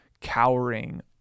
cowering